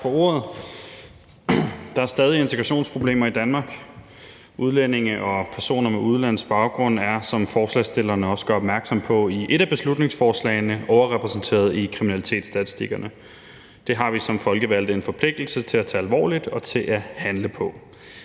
Der er stadig integrationsproblemer i Danmark. Udlændinge og personer med udenlandsk baggrund er, som forslagsstillerne også gør opmærksom på i et af beslutningsforslagene, overrepræsenteret i kriminalitetsstatistikkerne. Det har vi som folkevalgte en forpligtelse til at tage alvorligt og til at handle på.